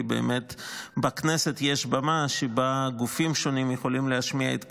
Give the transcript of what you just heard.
כי בכנסת יש במה שבה גופים שונים יכולים להשמיע את קולם.